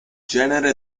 genere